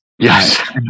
Yes